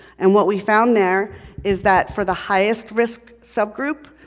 and what we found there is that for the highest risk subgroup,